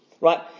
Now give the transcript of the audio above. Right